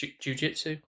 jiu-jitsu